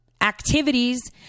Activities